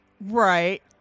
Right